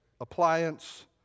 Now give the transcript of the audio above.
appliance